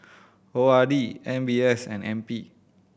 O R D M B S and N P